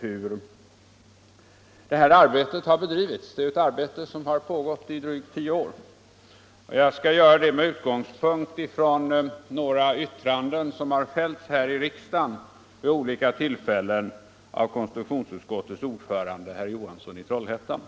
hur det arbete som nu pågått i drygt tio år bedrivits. Jag skall göra det med utgångspunkt i några yttranden som fällts vid olika tillfällen här i riksdagen av konstitutionsutskottets ordförande herr Johansson i Trollhättan.